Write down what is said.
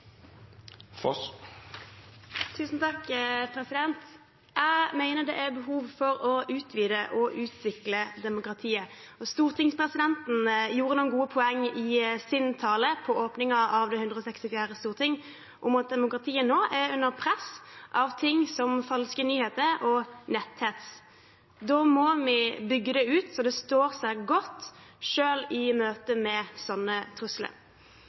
Jeg mener det er behov for å utvide og utvikle demokratiet. Stortingspresidenten hadde noen gode poeng i sin tale ved åpningen av det 164. storting, bl.a. at demokratiet nå er under press, fra f.eks. falske nyheter og netthets. Da må vi bygge det ut så det står seg godt, selv i møte med sånne trusler.